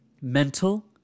Mental